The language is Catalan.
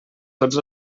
tots